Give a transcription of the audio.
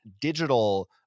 digital